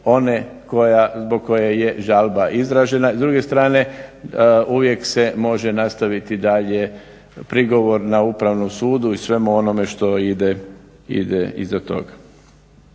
koja, zbog koje je žalba izražena. S druge strane uvijek se može nastaviti dalje prigovor na upravnom sudu i svemu onome što ide iza toga.